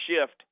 shift